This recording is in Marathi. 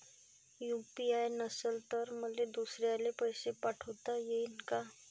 यू.पी.आय नसल तर मले दुसऱ्याले पैसे पाठोता येईन का?